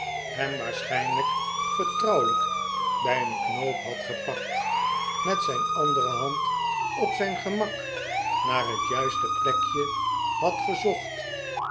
hem waarschijnlijk vertrouwelijk bij een knoop had gepakt met zijn andere hand op zijn gemak naar net juiste plekje had gezocht